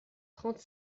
trente